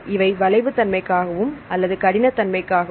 இவை வளைவு தன்மைக்காகவும் அல்லது கடினத்தன்மைக்காகவும்